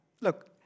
Look